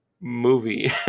movie